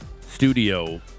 studio